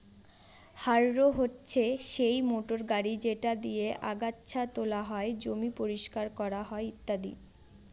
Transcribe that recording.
harrow হচ্ছে সেই motor গাড়ি যেটা দিয়ে আগাচ্ছা তোলা হয়, জমি পরিষ্কার করা হয় ইত্যাদি